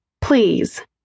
Please